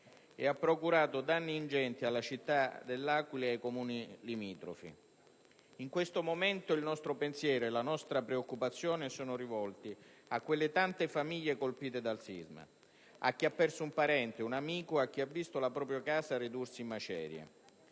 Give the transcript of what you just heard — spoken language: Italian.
e che procurato danni ingenti alla città dell'Aquila e ai Comuni limitrofi. In questo momento il nostro pensiero e la nostra preoccupazione sono rivolti a quelle tante famiglie colpite dal sisma: a chi ha perso un parente o un amico, a chi ha visto la propria casa ridursi in macerie.